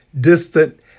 distant